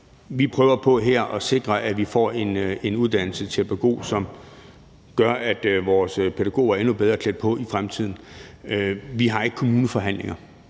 Vi prøver her på at sikre, at vi får en pædagoguddannelse, som gør, at vores pædagoger er endnu bedre klædt på i fremtiden. Vi har ikke kommuneforhandlinger,